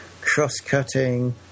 cross-cutting